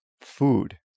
food